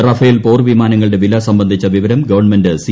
Rafale പോർവിമാനങ്ങളുടെ വില സംബന്ധിച്ച് വിവരം ഗവൺമെന്റ് സി